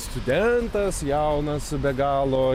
studentas jaunas be galo